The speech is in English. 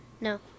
no